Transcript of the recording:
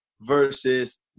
versus